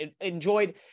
enjoyed